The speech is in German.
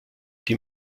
die